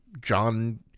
John